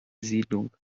siedlung